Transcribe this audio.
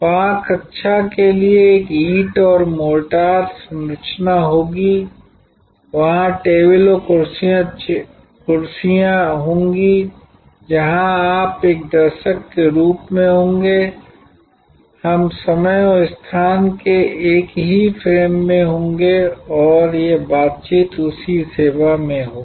वहाँ कक्षा के लिए एक ईंट और मोर्टार संरचना होगी वहाँ टेबल और कुर्सियाँ होंगी जहाँ आप एक दर्शक के रूप में होंगे हम समय और स्थान के एक ही फ्रेम में होंगे और यह बातचीत उसी सेवा में होगी